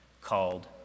called